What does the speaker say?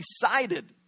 decided